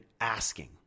asking